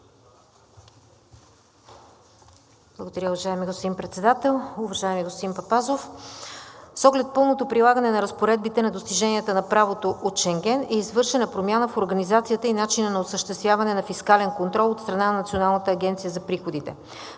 Благодаря, уважаеми господин Председател. Уважаеми господин Папазов, с оглед пълното прилагане на разпоредбите на достиженията на правото от Шенген е извършена промяна в организацията и начина на осъществяване на фискален контрол от страна на Националната агенция за приходите.